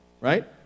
right